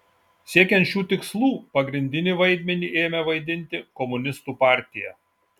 siekiant šių tikslų pagrindinį vaidmenį ėmė vaidinti komunistų partija